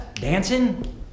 dancing